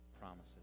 promises